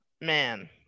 man